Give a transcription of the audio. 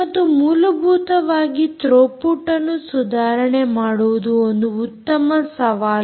ಮತ್ತು ಮೂಲಭೂತವಾಗಿ ಥ್ರೋಪುಟ್ಅನ್ನು ಸುಧಾರಣೆ ಮಾಡುವುದು ಒಂದು ಉತ್ತಮ ಸವಾಲು